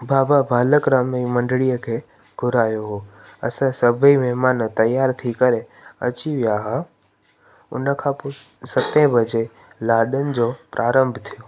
बाबा बालक राम जी मंडड़ीअ खे घुरायो हो असां सभेई महिमान तयारु थी करे अची विया हुआ उनखां पोइ सते बजे लाॾनि जो प्रारंम्भ थियो